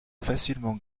facilement